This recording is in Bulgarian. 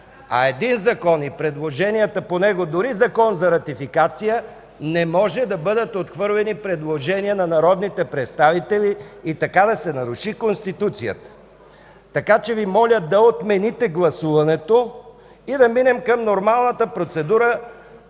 В един закон и предложенията по него, дори в Закон за ратификация не може да бъдат отхвърлени предложения на народни представители и така да се наруши Конституцията. Така че Ви моля да отмените гласуването и да преминем към нормалната процедура